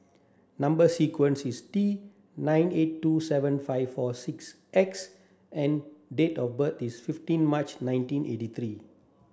number sequence is T nine eight two seven five four six X and date of birth is fifteen March nineteen eighty three